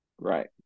right